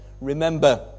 remember